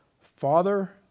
Father